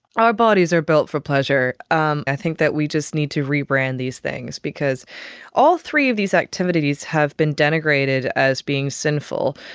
our bodies are built for pleasure. um i think that we just need to rebrand these things because all three of these activities have been denigrated as being sinful.